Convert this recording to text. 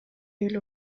эле